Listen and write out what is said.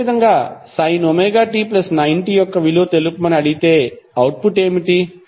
అదేవిధంగా sin ωt90 యొక్క విలువ తెలుపమని అడిగితే అవుట్పుట్ ఏమిటి